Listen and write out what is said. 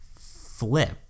flip